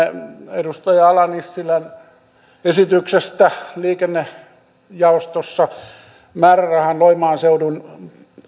edustaja ala nissilän esityksestä liikennejaostossa määrärahan loimaan seudun